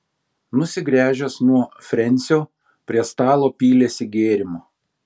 nusigręžęs nuo frensio prie stalo pylėsi gėrimo